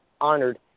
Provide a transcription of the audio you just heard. honored